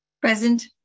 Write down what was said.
Present